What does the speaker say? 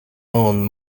own